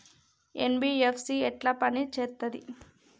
NBFC ఎట్ల పని చేత్తది?